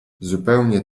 zupełnie